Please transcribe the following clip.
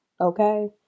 Okay